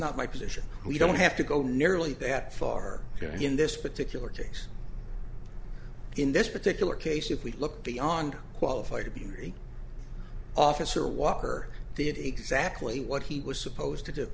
not my position we don't have to go narrowly that far in this particular case in this particular case if we look beyond qualify to be very officer walker did exactly what he was supposed to do